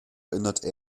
erinnerte